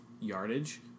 yardage